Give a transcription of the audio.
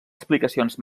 explicacions